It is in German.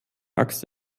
axt